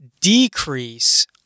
decrease